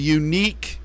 unique